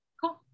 Cool